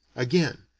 again,